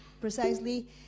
precisely